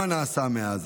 מה נעשה מאז,